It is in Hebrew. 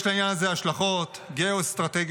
יש לעניין הזה השלכות גאו-אסטרטגיות